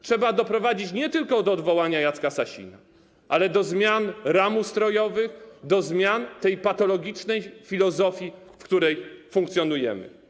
Trzeba doprowadzić nie tylko do odwołania Jacka Sasina, ale do zmian ram ustrojowych, do zmian tej patologicznej filozofii, według której funkcjonujemy.